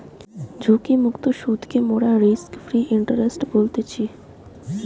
ঝুঁকিমুক্ত সুদকে মোরা রিস্ক ফ্রি ইন্টারেস্ট বলতেছি